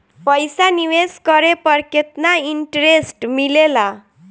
पईसा निवेश करे पर केतना इंटरेस्ट मिलेला?